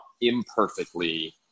imperfectly